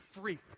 free